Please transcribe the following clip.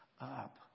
up